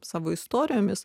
savo istorijomis